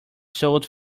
sold